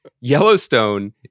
Yellowstone